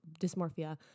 dysmorphia